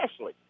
Ashley